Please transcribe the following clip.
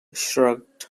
shrugged